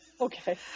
Okay